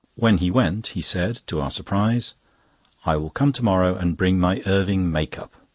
when he went, he said, to our surprise i will come to-morrow and bring my irving make-up.